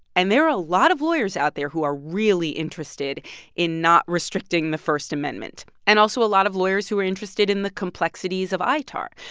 and there are a lot of lawyers out there who are really interested in not restricting the first amendment and also a lot of lawyers who are interested in the complexities of itar.